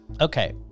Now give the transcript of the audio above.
Okay